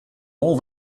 all